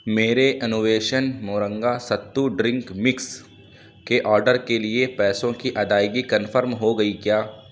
میرے Anveshan moringa sattu drink mix کے order کے لیے پیسوں کی ادائگی کنفرم ہو گئی کیا